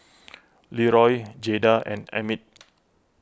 Leroy Jayda and Emit